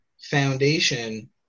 foundation